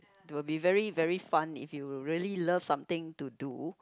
will be very very fun if you really love something to do